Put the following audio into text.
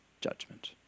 judgment